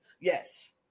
Yes